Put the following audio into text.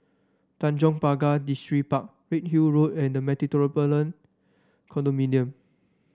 Tanjong Pagar Distripark Redhill Road and The Metropolitan Condominium